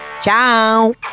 Ciao